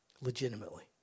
Legitimately